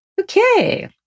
Okay